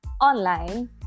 online